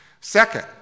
Second